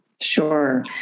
Sure